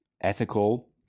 ethical